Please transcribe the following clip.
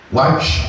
Watch